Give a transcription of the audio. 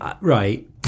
right